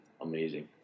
Amazing